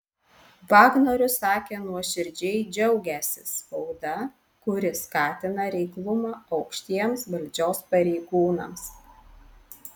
vagnorius sakė nuoširdžiai džiaugiąsis spauda kuri skatina reiklumą aukštiems valdžios pareigūnams